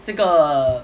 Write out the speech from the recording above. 这个